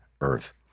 Earth